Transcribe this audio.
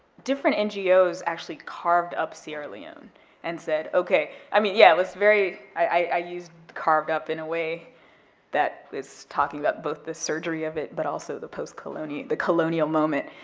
different ngos actually carved up sierra leone and said, okay, i mean, yeah, it was very, i used carved up in a way that is talking about both the surgery of it, but also the post-colonial, the colonial moment,